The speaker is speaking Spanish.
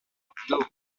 favor